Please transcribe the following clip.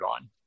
on